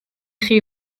chi